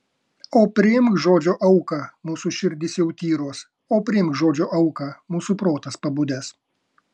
o priimk žodžio auką mūsų širdys jau tyros o priimk žodžio auką mūsų protas pabudęs